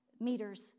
meters